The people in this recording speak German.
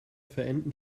verenden